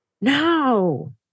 No